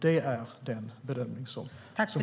Det är den bedömning som vi gör.